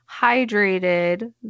hydrated